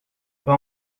pas